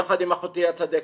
יחד עם אחותי הצדקת,